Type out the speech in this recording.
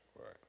Right